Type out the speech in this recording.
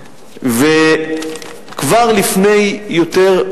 כבר לפני שנה,